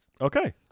Okay